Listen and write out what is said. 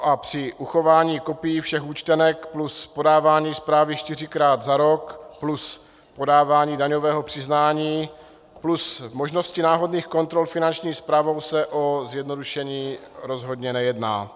A při uchování kopií všech účtenek plus podávání zprávy čtyřikrát za rok plus podávání daňového přiznání plus možnosti náhodných kontrol Finanční správou se o zjednodušení rozhodně nejedná.